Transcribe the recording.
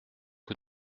que